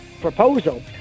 proposal